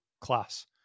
class